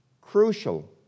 crucial